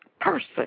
person